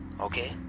Okay